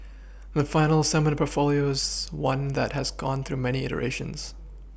the final assembled portfolio is one that has gone through many iterations